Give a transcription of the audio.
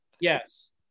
Yes